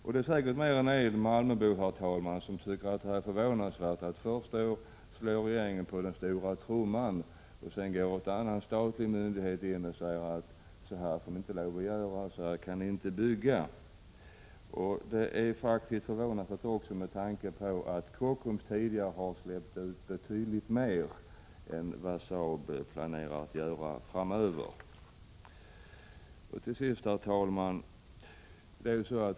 Säkert tycker fler än jag, herr talman, att det är förvånansvärt att regeringen först slår på stora trumman och att en statlig myndighet sedan säger: Så här får ni inte lov att göra, så här kan ni inte bygga. Det är faktiskt förvånansvärt också med tanke på att Kockums tidigare släppt ut betydligt mer än vad Saab beräknas göra framöver. Till sist, herr talman!